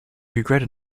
regretted